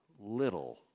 little